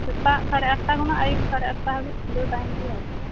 ᱥᱮᱛᱟᱜ ᱥᱟᱲᱮ ᱟᱴᱟ ᱠᱷᱚᱱᱟᱜ ᱟᱹᱭᱩᱵ ᱥᱟᱲᱮ ᱟᱴᱟ ᱦᱟᱹᱵᱤᱡ ᱠᱷᱩᱞᱟᱹᱣ ᱛᱟᱦᱮᱸᱱ ᱜᱮᱭᱟ ᱟᱨᱠᱤ